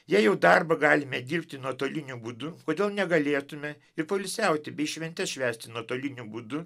jei jau darbą galime dirbti nuotoliniu būdu kodėl negalėtume ir poilsiauti bei šventes švęsti nuotoliniu būdu